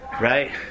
right